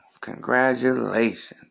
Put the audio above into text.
Congratulations